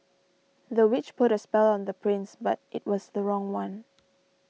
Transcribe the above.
the witch put a spell on the prince but it was the wrong one